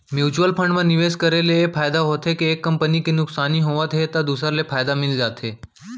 mutual fund म निवेस करे ले ए फायदा होथे के एक कंपनी ले नुकसानी होवत हे त दूसर ले फायदा मिल जाथे